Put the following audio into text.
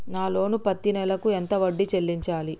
నా లోను పత్తి నెల కు ఎంత వడ్డీ చెల్లించాలి?